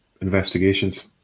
investigations